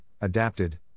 adapted